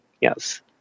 Yes